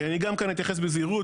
אני גם כאן אתייחס בזהירות,